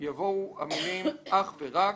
יבואו המילים "או תוספת".